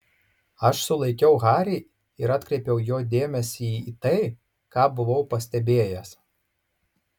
aš sulaikiau harį ir atkreipiau jo dėmesį į tai ką buvau pastebėjęs